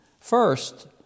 First